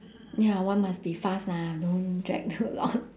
ya want must be fast lah don't drag too long